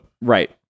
right